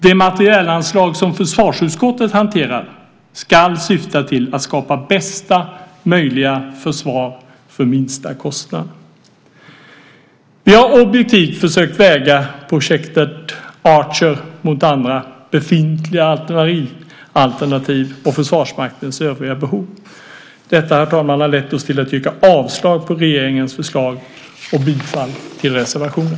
Det materielanslag som försvarsutskottet hanterar ska syfta till att skapa bästa möjliga försvar till minsta kostnad. Vi har objektivt försökt väga projektet Archer mot andra befintliga alternativ och Försvarsmaktens övriga behov. Detta, herr talman, har lett till att vi yrkar avslag på regeringens förslag och bifall till reservationen.